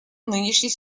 нынешней